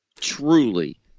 truly